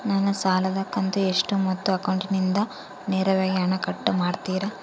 ನನ್ನ ಸಾಲದ ಕಂತು ಎಷ್ಟು ಮತ್ತು ಅಕೌಂಟಿಂದ ನೇರವಾಗಿ ಹಣ ಕಟ್ ಮಾಡ್ತಿರಾ?